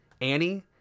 Annie